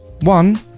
one